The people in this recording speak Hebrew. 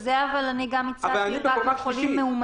אורי, בגלל זה הצעתי שזה רק לגבי חולים מאומתים.